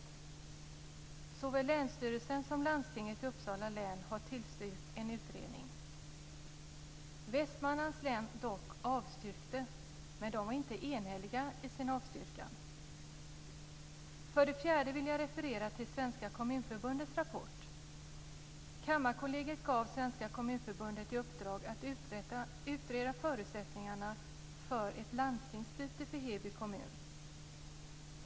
Såväl länsstyrelsen som landstinget i Uppsala län har tillstyrkt en utredning. Västmanlands län avstyrkte dock, men var inte enhällig i sin avstyrkan. För det fjärde vill jag referera till Svenska Kommunförbundets rapport: Kammarkollegiet gav Svenska Kommunförbundet i uppdrag att utreda förutsättningarna för ett landstingsbyte för Heby kommun.